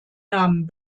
namen